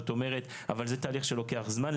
אבל זה תהליך שלוקח זמן.